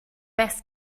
best